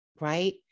right